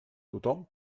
tothom